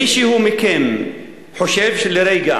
אם מישהו מכם חושב לרגע